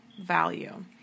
value